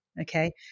Okay